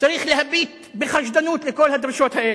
צריך להביט בחשדנות בכל הדרישות האלה,